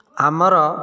ଆମର